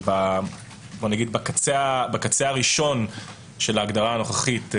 שבקצה הראשון של ההגדרה הנוכחית,